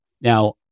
Now